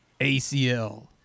ACL